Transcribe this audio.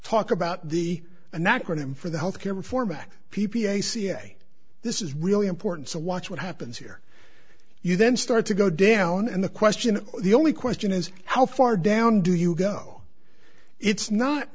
talk about the an acronym for the health care reform act p p a ca this is really important so watch what happens here you then start to go down and the question the only question is how far down do you go it's not